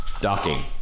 Docking